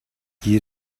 you